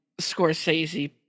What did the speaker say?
Scorsese